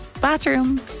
bathroom